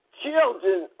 children